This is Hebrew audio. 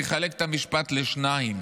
אני אחלק את המשפט לשניים.